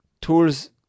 tools